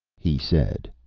he said.